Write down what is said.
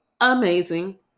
amazing